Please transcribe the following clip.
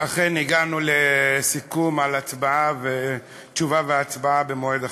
אכן הגענו לסיכום על תשובה והצבעה במועד אחר.